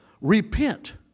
repent